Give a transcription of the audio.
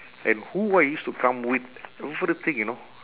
and who I used to come with those sort of thing you know